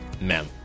men